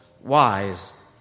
wise